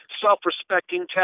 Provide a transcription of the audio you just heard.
self-respecting